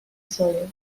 soil